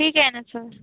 ठीक आहे ना सर